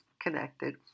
connected